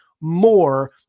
more